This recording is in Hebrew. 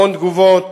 המון תגובות